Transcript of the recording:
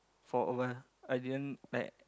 for awhile I didn't like